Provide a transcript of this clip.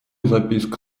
записка